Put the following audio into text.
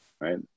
Right